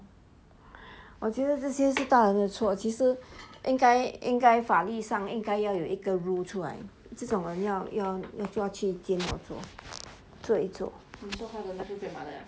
我觉得这些是大人的错其实应该应该法律上应该要有一个 rule 出来这种人要抓去监牢做做一做